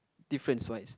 difference wise